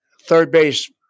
third-base